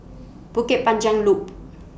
Bukit Panjang Loop